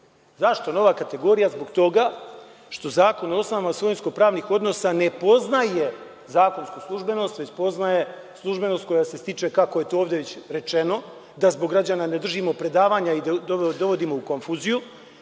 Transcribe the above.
nova kategorija? Zbog toga što Zakon o osnovama svojinsko pravnih odnosa ne poznaje zakonsku službenost već poznaje službenost koja se stiče, kako je to ovde rečeno, da zbog građana ne držimo predavanja i dovodimo u konfuziju.